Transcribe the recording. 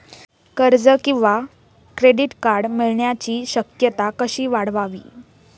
कर्ज किंवा credit card मिळण्याची शक्यता कशी वाढवावी?